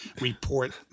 report